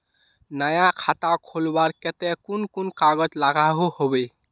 नया खाता खोलवार केते कुन कुन कागज लागोहो होबे?